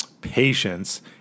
patience